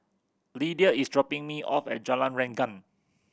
Lidia is dropping me off at Jalan Rengkam